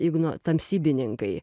igno tamsybininkai